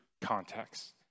context